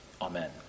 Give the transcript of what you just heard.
Amen